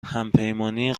همپیمانی